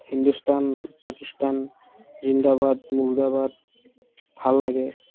হিন্দুস্তান পাকিস্তান জিন্দাবাদ মুৰ্দাবাদ ভাল লাগে